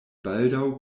baldaŭ